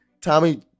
Tommy